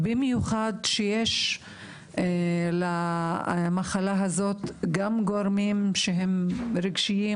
במיוחד כשיש למחלה הזאת גם גורמים שהם רגשיים,